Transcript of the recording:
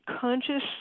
conscious